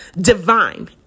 Divine